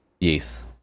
Yes